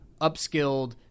upskilled